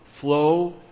flow